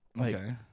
Okay